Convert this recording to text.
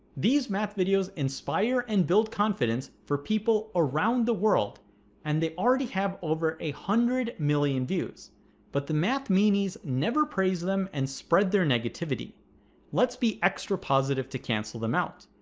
these math videos inspire and build confidence for people around the world and they already have over a hundred million views but the math meanies never praise them and spread their negativity let's be extra positive to cancel them out.